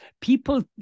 people